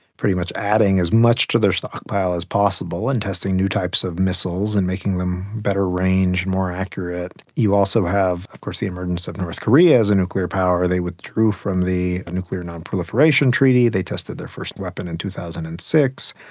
pretty much adding as much to their stockpile as possible and testing new types of missiles and making better range, more accurate. you also have of course the emergence of north korea as a nuclear power. they withdrew from the nuclear non-proliferation treaty, they tested their first weapon in two thousand and six,